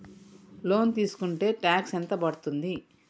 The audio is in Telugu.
లోన్ తీస్కుంటే టాక్స్ ఎంత పడ్తుంది?